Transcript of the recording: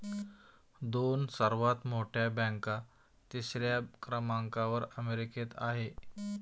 दोन सर्वात मोठ्या बँका तिसऱ्या क्रमांकावर अमेरिकेत आहेत